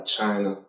China